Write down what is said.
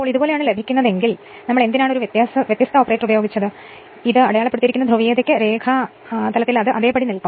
ഇതുപോലെ ലഭിക്കുകയാണെങ്കിൽ പക്ഷെ ഞാൻ എന്തിനാണ് വ്യത്യസ്ത ഓപ്പറേറ്റർ ഉപയോഗിച്ചത് എന്നിട്ട് അത് അടയാളപ്പെടുത്തിയിരിക്കുന്ന ധ്രുവീയതയ്ക്ക് രേഖലേഖത്തിൽ അത് അതേപടി നിലനിൽക്കും